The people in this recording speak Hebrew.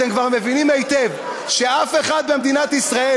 אתם כבר מבינים היטב שאף אחד במדינת ישראל